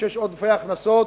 כשיש עודפי הכנסות,